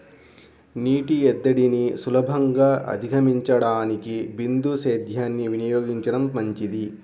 నీటి ఎద్దడిని సులభంగా అధిగమించడానికి బిందు సేద్యాన్ని వినియోగించడం మంచిది